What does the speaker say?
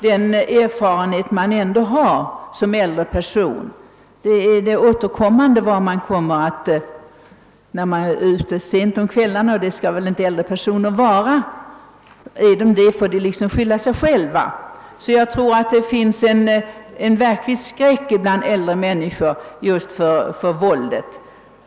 Den erfarenhet jag som äldre person har är att äldre personer inte skall vara ute sent om kvällarna — är de det får de skylla sig själva. Jag tror att äldre människor känner verklig skräck för våldet.